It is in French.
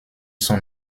sont